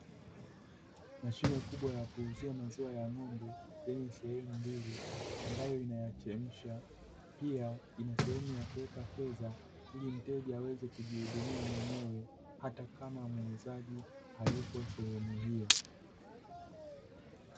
Mashine kubwa ya kuuzia maziwa ya ng'ombe yenye sehemu mbili, ambayo inayachemsha. Pia ina sehemu ya kuweka fedha, ili mteja aweze kujihudumia mwenyewe, hata kama muuzaji hayupo sehemu hiyo.